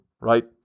Right